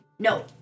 No